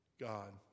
god